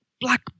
black